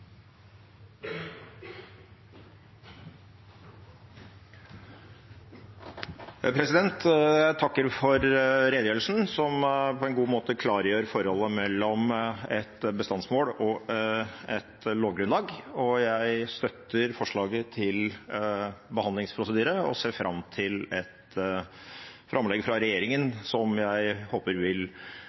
Jeg takker for redegjørelsen, som på en god måte klargjør forholdet mellom et bestandsmål og et lovgrunnlag. Jeg støtter forslaget til behandlingsprosedyre og ser fram til et framlegg fra regjeringen, som jeg håper vil